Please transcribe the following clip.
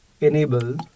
enable